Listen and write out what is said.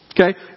Okay